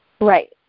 Right